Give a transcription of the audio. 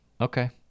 Okay